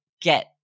get